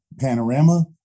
panorama